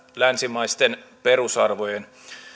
länsimaisten perusarvojen